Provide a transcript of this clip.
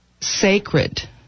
sacred